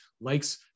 likes